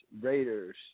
Raiders